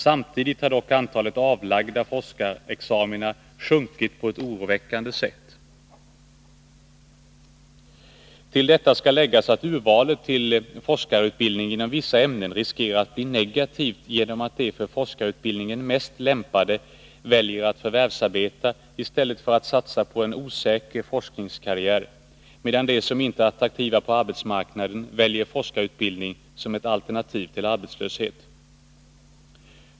Samtidigt har dock antalet avlagda forskarexamina sjunkit på ett oroväckande sätt. Till detta skall läggas att urvalet till forskarutbildning inom vissa ämnen riskerar att bli negativt genom att de för forskarutbildning mest lämpade väljer att förvärvsarbeta i stället för att satsa på en osäker forskningskarriär, medan de som inte är attraktiva på arbetsmarknaden väljer forskarutbildning som ett alternativ till arbetslöshet.